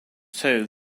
too